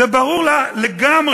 זה ברור לגמרי